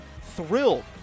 thrilled